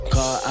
Car